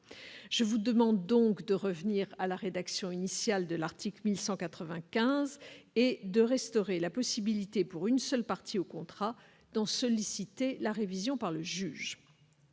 je vous demande donc de revenir à la rédaction initiale de l'article 1195 et de restaurer la possibilité pour une seule partie au contrat d'en solliciter la révision par le juge.